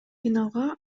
финалга